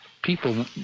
people